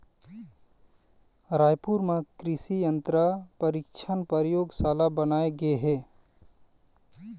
रायपुर म कृसि यंत्र परीक्छन परयोगसाला बनाए गे हे